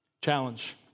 challenge